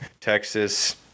Texas